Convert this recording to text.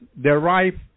derive